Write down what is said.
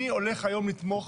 אני הולך היום לתמוך